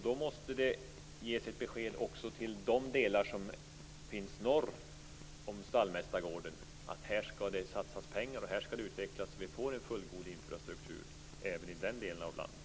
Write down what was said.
Då måste det ges ett besked också till de delar som finns norr om Stallmästargården att här skall det satsas pengar och här skall det utvecklas så vi får en fullgod infrastruktur även i den delen av landet.